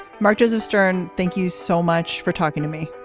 marches of stern thank you so much for talking to me.